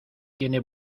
tiene